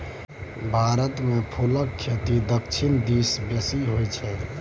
भारतमे फुलक खेती दक्षिण दिस बेसी होय छै